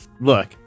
look